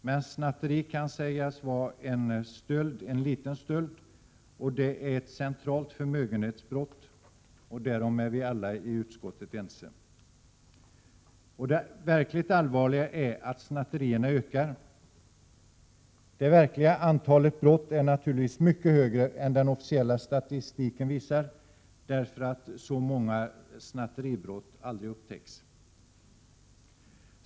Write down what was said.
Men snatteri kan sägas vara en liten stöld, och det är ett centralt förmögenhetsbrott; därom är vi alla i utskottet ense. Och det verkligt allvarliga är att snatterierna ökar. Det verkliga antalet brott är naturligtvis mycket högre än den officiella statistiken visar därför att så många snatteribrott aldrig upptäcks.